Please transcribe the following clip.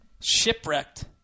Shipwrecked